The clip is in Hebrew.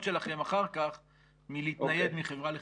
שלכם אחר כך מלהתנייד מחברה לחברה.